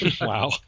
Wow